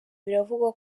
biravugwa